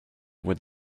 would